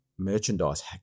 merchandise